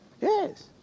Yes